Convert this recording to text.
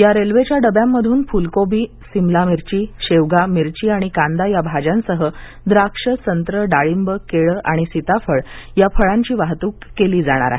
या रेल्वेच्या डब्यांमधून फुलकोबी सिमला मिरची शेवगा मिरची आणि कांदा या भाज्यांसह द्राक्ष संत्र डाळींब केळ आणि सीताफळ या फळांची वाहतूक केली जाणार आहे